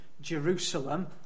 Jerusalem